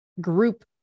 group